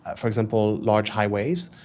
for example, large highways.